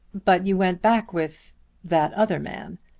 but you went back with that other man.